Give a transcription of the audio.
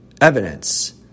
evidence